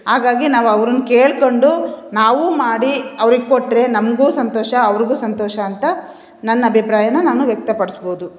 ಹಾಗಾಗಿ ನಾವು ಅವ್ರನ್ನು ಕೇಳಿಕೊಂಡು ನಾವು ಮಾಡಿ ಅವ್ರಿಗೆ ಕೊಟ್ಟರೆ ನಮಗು ಸಂತೋಷ ಅವ್ರಿಗು ಸಂತೋಷ ಅಂತ ನನ್ನ ಅಭಿಪ್ರಾಯನ ನಾನು ವ್ಯಕ್ತಪಡಿಸ್ಬೋದು